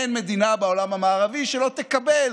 אין מדינה בעולם המערבי שלא תקבל